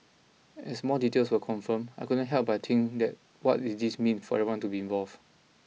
as more details were confirmed I couldn't help but think that what is this mean for everyone to be involved